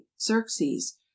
xerxes